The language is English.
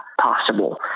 possible